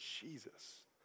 Jesus